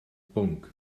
bwnc